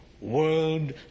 world